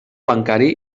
bancari